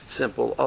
simple